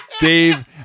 Dave